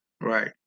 Right